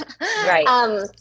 Right